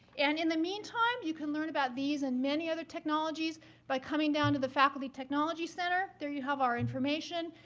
and in the meantime, you can learn about these and many other technologies by coming down to the faculty technology center. there you have our information.